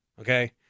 Okay